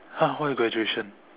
!huh! why graduation